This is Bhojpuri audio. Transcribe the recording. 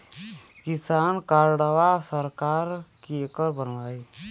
किसान कार्डवा सरकार केकर बनाई?